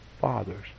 father's